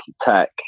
tech